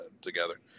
together